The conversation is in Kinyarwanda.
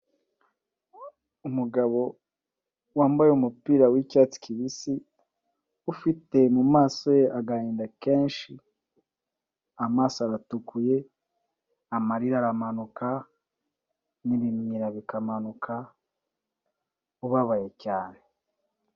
Umugabo wambaye umupira w'icyatsi kibisi, ufite mu maso ye agahinda kenshi, amaso aratukuye, amarira aramanuka n'ibimyira bikamanuka, ubabaye cyane.